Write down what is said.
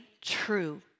true